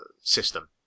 system